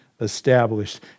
established